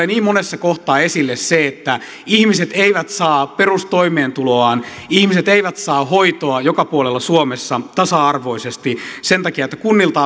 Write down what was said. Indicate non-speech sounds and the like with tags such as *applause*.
*unintelligible* niin monessa kohtaa esille se että ihmiset eivät saa perustoimeentuloaan ihmiset eivät saa hoitoa joka puolella suomessa tasa arvoisesti sen takia että kunnilta *unintelligible*